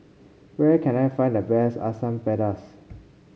where can I find the best Asam Pedas